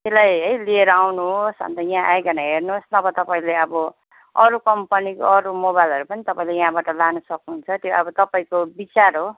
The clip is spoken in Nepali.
त्यसलाई है लिएर आउनुहोस् अन्त यहाँ आइकन हेर्नुहोस् नभए तपाईँले अब अरू कम्पनीको अरू मोबाइलहरू पनि तपाईँले यहाँबाट लानु सक्नुहुन्छ त्यो अब तपाईँको विचार हो